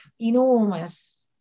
enormous